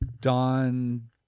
Don